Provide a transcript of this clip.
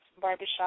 Barbershop